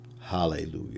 Hallelujah